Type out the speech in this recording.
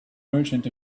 merchant